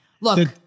Look